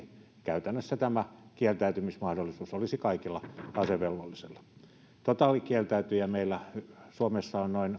käytännössä tämä kieltäytymismahdollisuus olisi kaikilla asevelvollisilla jos lakia ei muutettaisi totaalikieltäytyjiä meillä suomessa on noin